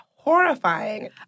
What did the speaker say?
Horrifying